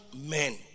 men